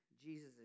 Jesus